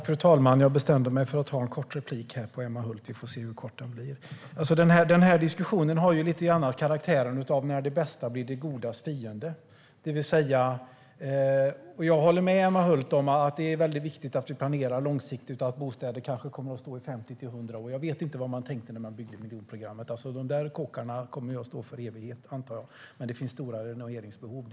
Fru talman! Jag bestämde mig för att begära en kort replik på Emma Hult. Vi får se hur kort den blir. Diskussionen har lite grann karaktären av att det bästa blir det godas fiende. Jag håller med Emma Hult om att det är viktigt att vi planerar långsiktigt och att bostäderna kommer att stå i kanske 50-100 år. Jag vet inte vad man tänkte när man byggde miljonprogrammet. De kåkarna kommer väl att stå i evighet, antar jag. Men det finns stora renoveringsbehov.